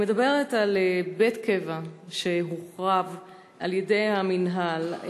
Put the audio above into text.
אני מדברת על בית קבע שהוחרב על-ידי המינהל,